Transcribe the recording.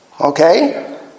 Okay